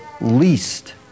least